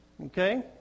Okay